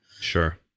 Sure